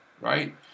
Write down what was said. right